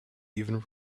even